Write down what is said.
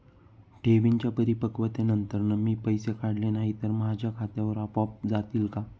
ठेवींच्या परिपक्वतेनंतर मी पैसे काढले नाही तर ते माझ्या खात्यावर आपोआप जातील का?